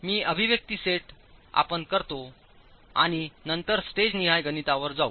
मी अभिव्यक्ती set up करतो आणि नंतर स्टेज निहाय गणितावर जाऊ